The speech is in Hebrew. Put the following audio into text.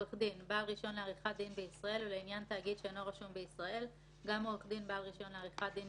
בסכום אשראי מצטבר שאינו עולה על 50,000 שקלים חדשים,